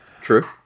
True